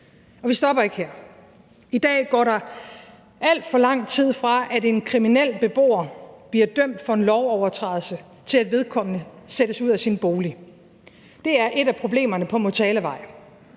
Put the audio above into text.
Og vi stopper ikke her. I dag går der alt for lang tid, fra at en kriminel beboer bliver dømt for en lovovertrædelse, og til at vedkommende sættes ud af sin bolig. Det er et af problemerne på Motalavej.